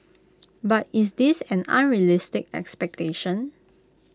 but is this an unrealistic expectation